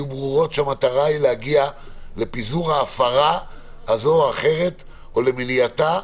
יהיו ברורות כשהמטרה היא להגיע לפיזור הפרה כזו או אחרת או למניעתה,